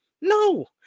no